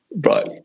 Right